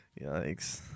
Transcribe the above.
Yikes